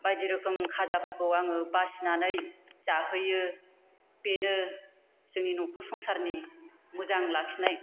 बायदि रोखोम खाजाफोरखौ आङो बासिनानै जाहोयो बेनो जोंनि नखर संसारनि मोजां लाखिनाय